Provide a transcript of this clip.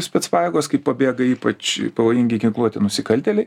specpajėgos kai pabėga ypač pavojingi ginkluoti nusikaltėliai